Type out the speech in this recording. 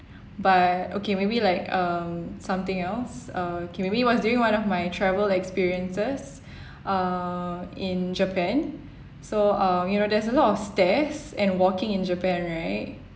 but okay maybe like um something else uh okay maybe it was during one of my travel experiences uh in Japan so uh you know there's a lot of stairs and walking in Japan right